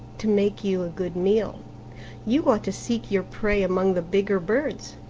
to make you good meal you ought to seek your prey among the bigger birds.